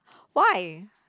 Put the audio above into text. why